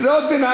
קריאות ביניים.